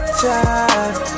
time